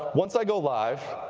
once i go live,